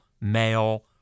male